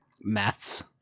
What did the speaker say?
Maths